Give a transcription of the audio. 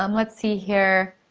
um let's see here.